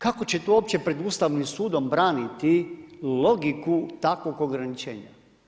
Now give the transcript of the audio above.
Kada ćete to uopće pred Ustavnim sudom braniti logiku takvog ograničenja?